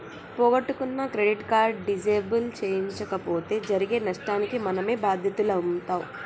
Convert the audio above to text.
పోగొట్టుకున్న credit card disable చేయించకపోతే జరిగే నష్టానికి మనమే బాధ్యులమవుతం